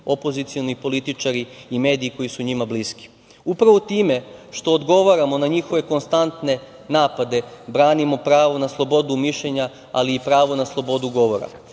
opozicioni političari i mediji koji su njima bliski. Upravo time što odgovaramo na njihove konstantne napade, branimo pravo na slobodu mišljenja, ali i pravo na slobodu govora. Naše